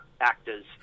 actors